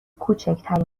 کوچکترین